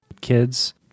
kids